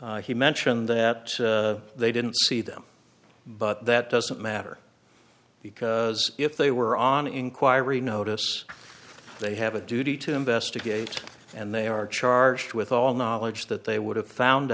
and he mentioned that they didn't see them but that doesn't matter because if they were on an inquiry notice they have a duty to investigate and they are charged with all knowledge that they would have found